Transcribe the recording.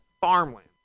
farmland